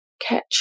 catch